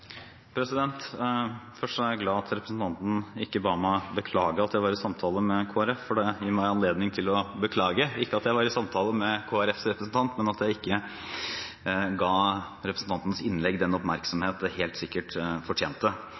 er jeg glad for at representanten ikke ba meg beklage at jeg var i samtale med Kristelig Folkeparti, for det gir meg anledning til å beklage – ikke at jeg var i samtale med Kristelig Folkepartis representant, men at jeg ikke ga representantens innlegg den oppmerksomheten det helt sikkert fortjente.